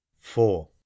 Four